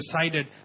decided